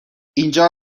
اینجا